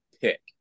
pick